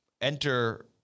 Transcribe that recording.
enter